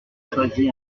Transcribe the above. choisi